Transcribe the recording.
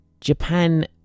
Japan